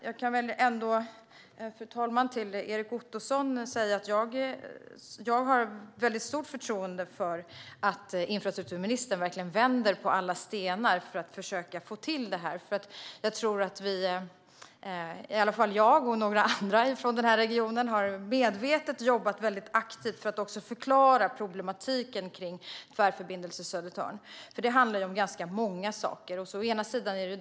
Jag kan väl ändå, fru talman, säga till Erik Ottoson att jag har väldigt stort förtroende för att infrastrukturministern verkligen vänder på alla stenar för att försöka få till det här. Det är också så att jag och andra från den här regionen har jobbat väldigt aktivt och medvetet för att förklara problematiken kring Tvärförbindelse Södertörn, för det handlar om ganska många olika saker.